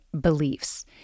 beliefs